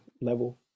level